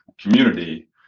community